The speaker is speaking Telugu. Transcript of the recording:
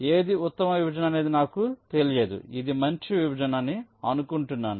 ఏది ఉత్తమ విభజన అనేది నాకు తెలియదు ఇది మంచి విభజన అని అనుకుంటున్నాను